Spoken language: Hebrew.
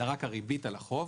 אלא רק הריבית על החוב.